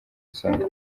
isonga